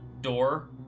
door